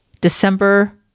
December